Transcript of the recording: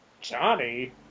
Johnny